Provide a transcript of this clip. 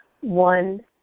One